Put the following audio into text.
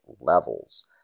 levels